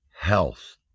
health